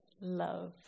love